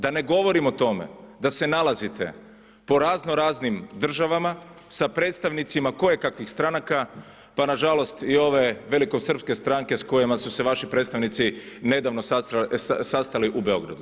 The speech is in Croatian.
Da ne govorim o tome da se nalazite po razno raznim državama sa predstavnicima koje kakvih stranaka, pa nažalost i ove veliko srpske stranke s kojima su se vaši predstavnici nedavno sastali u Beogradu.